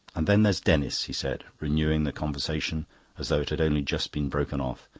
and then there's denis, he said, renewing the conversation as though it had only just been broken off.